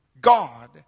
God